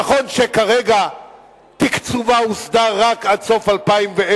נכון שכרגע תקצובה הוסדר רק עד 2010,